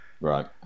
Right